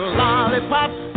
lollipops